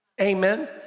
Amen